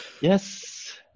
Yes